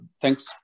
Thanks